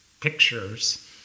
pictures